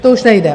To už nejde?